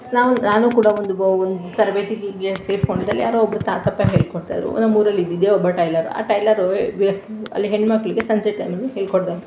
ನಾವು ನಾನೂ ಕೂಡ ಒಂದು ಒಂದು ತರಬೇತಿಗೆ ಸೇರಿಕೊಂಡಿದ್ದೆ ಅಲ್ಲಿ ಯಾರೋ ಒಬ್ಬರು ತಾತಪ್ಪ ಹೇಳಿಕೊಡ್ತಾಯಿದ್ರು ನಮ್ಮೂರಲ್ಲಿ ಇದ್ದಿದ್ದೇ ಒಬ್ಬ ಟೈಲರ್ ಆ ಟೈಲರು ಅಲ್ಲಿ ಹೆಣ್ಣುಮಕ್ಳಿಗೆ ಸಂಜೆ ಟೈಮಲ್ಲಿ ಹೇಳಿಕೊಡೋರು